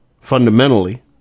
Fundamentally